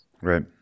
Right